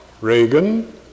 Reagan